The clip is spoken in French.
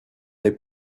les